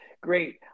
great